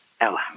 Ella